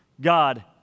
God